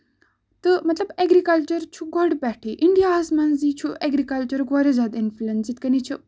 agriculture چھُ گۄڈٕ پٮ۪ٹھٕے اِنڈیاہَس منٛزٕے چھُ اٮ۪گرِکَلچر چھُ واریاہ زیادٕ اِنفٕلنس یِتھ کٔنۍ چھُ